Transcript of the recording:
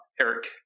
Eric